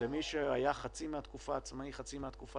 למי שהיה חצי מהתקופה עצמאי וחצי מהתקופה